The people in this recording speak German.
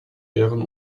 deren